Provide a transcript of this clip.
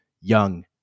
young